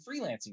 freelancing